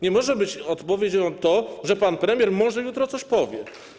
Nie może być odpowiedzią to, że pan premier może jutro coś powie.